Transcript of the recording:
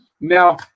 Now